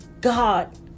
God